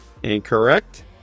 Incorrect